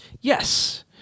Yes